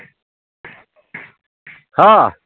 অঁ